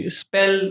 spell